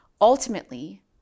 ultimately